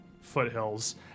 foothills